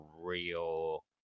real